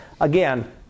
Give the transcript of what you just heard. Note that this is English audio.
Again